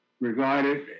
regarded